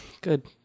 Good